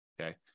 Okay